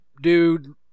dude